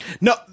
No